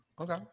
Okay